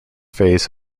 phase